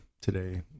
today